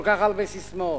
כל כך הרבה ססמאות,